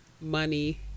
money